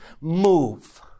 move